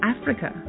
Africa